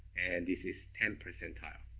and this is ten percentile.